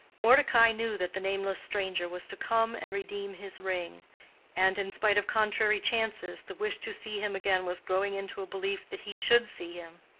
mordecai knew that the nameless stranger was to come and redeem his ring and, in spite of contrary chances, the wish to see him again was growing into a belief that he should see him.